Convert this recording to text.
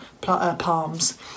palms